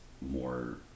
more